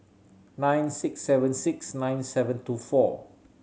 nine six seven six nine seven two four